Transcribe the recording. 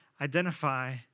identify